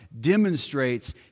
demonstrates